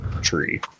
tree